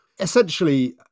Essentially